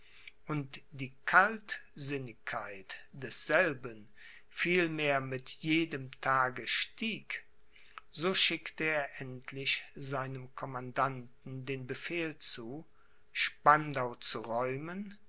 und die kaltsinnigkeit desselben vielmehr mit jedem tage stieg so schickte er endlich seinem commandanten den befehl zu spandau zu räumen